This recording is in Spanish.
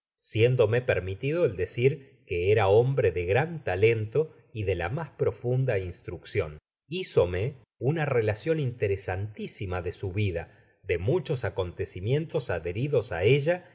siéndome permitido el decir qüe era hombre de gran talento y de la mas profunda instruccion hizome una relacion interesantisima de su vida de muchos acontecimientos adheridos á ella